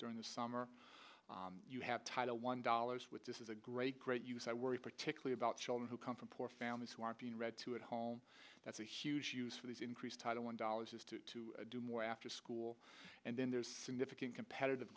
during the summer you have title one dollars with this is a great great use i worry particularly about children who come from poor families who are being read to at home that's a huge use for these increased title one dollars is to do more after school and then there's significant competitive